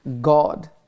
God